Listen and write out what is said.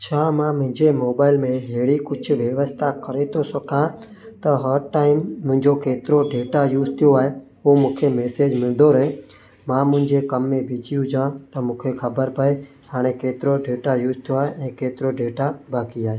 छा मां मुहिंजे मोबाइल में अहिड़ी कुझु व्यवस्था करे थौ सघां त हरु टा़इम मुंहिंजो केतिरो डेटा यूस थियो आहे हो मूंखे मेसेज मिलंदो रए मां मुंहिंजे कमु में बिजी हुजां त मूंखे ख़बर पए हाणे केतिरो डेटा यूस थियो आहे ऐं केतिरो डेटा बाक़ी आहे